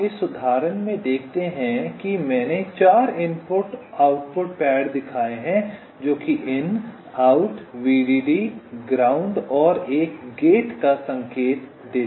आप इस उदाहरण में देखते हैं कि मैंने चार इनपुट आउटपुट पैड दिखाए हैं जो कि इन आउट वीडीडी जमीन और एक गेट का संकेत देते हैं